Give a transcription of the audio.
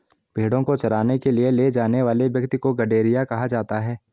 भेंड़ों को चराने के लिए ले जाने वाले व्यक्ति को गड़ेरिया कहा जाता है